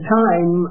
time